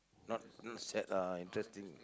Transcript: not not sad lah interesting